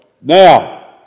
now